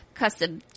custom